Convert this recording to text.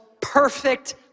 perfect